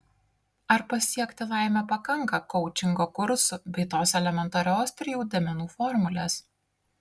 ar pasiekti laimę pakanka koučingo kursų bei tos elementarios trijų dėmenų formulės